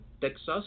Texas